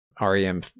REM